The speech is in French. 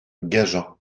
gajan